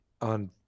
on